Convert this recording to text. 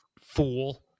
fool